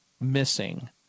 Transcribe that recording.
missing